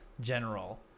general